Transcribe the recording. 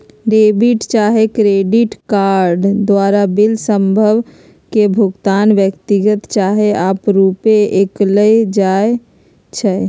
debit चाहे credit card द्वारा bill सभ के भुगतान व्यक्तिगत चाहे आपरुपे कएल जाइ छइ